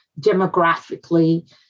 demographically